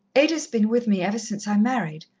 ada's been with me ever since i married.